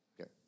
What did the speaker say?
Okay